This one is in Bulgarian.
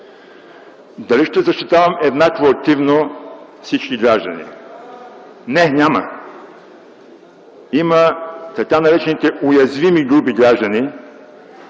Дали ще защитавам еднакво активно всички граждани? Не, няма. Има така наречените уязвими групи граждани,